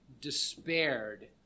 despaired